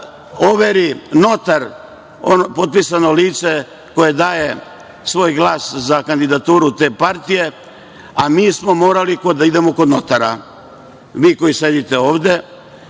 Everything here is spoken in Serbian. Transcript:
overi notar, potpisano lice koje daje svoj glas za kandidaturu te partije, a mi smo morali da idemo kod notara. Vi koji sedite ovde,